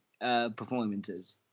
performances